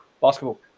basketball